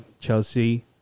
Chelsea